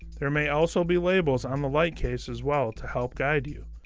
there may also be labels on the light case as well to help guide you.